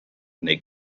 neu